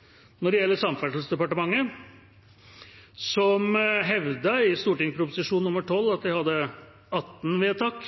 at de hadde 18 vedtak.